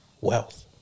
wealth